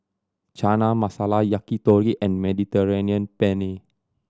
Chana Masala Yakitori and Mediterranean Penne